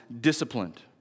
disciplined